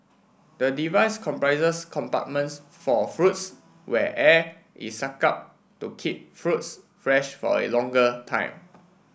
the device comprises compartments for fruits where air is sucked out to keep fruits fresh for a longer time